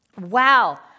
Wow